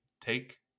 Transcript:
take